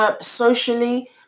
socially